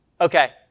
Okay